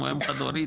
אם הוא אם חד הורית,